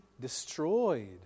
destroyed